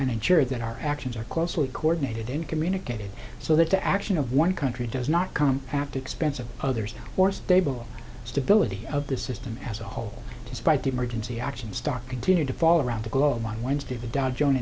and ensure that our actions are closely coordinated in communicated so that the action of one country does not come back to expense of others or stable stability of the system as a whole despite the emergency actions stock continued to fall around the globe on wednesday the dow jones